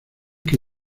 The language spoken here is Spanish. que